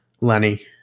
Lenny